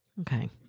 Okay